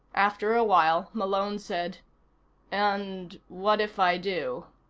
after a while malone said and what if i do?